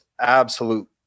absolute